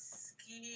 ski